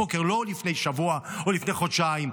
לא לפני שבוע או לפני חודשיים,